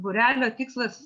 būrelio tikslas